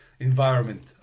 environment